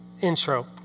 intro